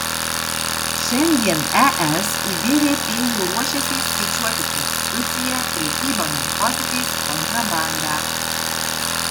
šiandien es į bvp jau ruošiasi įskaičiuoti prostituciją prekybą narkotikais kontrabandą